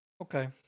Okay